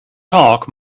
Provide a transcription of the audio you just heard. talk